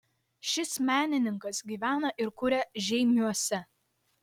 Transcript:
šis menininkas gyvena ir kuria žeimiuose